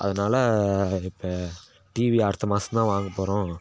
அதனால இப்போ டிவி அடுத்த மாதம் தான் வாங்கப் போகிறோம்